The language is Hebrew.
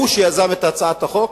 הוא שיזם את הצעת החוק.